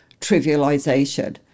trivialization